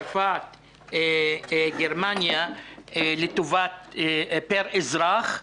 צרפת, גרמניה פר אזרח.